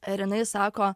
ir jinai sako